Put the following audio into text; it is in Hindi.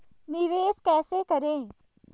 निवेश कैसे करें?